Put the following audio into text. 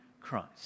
Christ